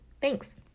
Thanks